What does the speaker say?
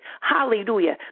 Hallelujah